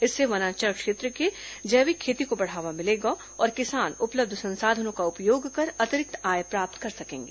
इससे वनांचल क्षेत्र में जैविक खेती को बढ़ावा मिलेगा और किसान उपलब्ध संसाधनों का उपयोग कर अतिरिक्त आय प्राप्त कर सकेंगे